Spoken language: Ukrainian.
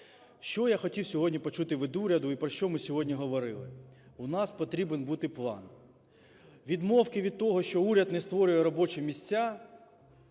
Що я хотів сьогодні почути від уряду і про що ми сьогодні говорили? В нас потрібен бути план. Відмовки від того, що уряд не створює робочі місця,